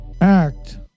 act